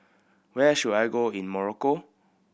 where should I go in Morocco